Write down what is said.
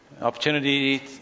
opportunity